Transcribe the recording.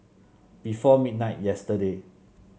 before midnight yesterday